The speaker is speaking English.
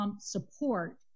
support